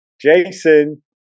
Jason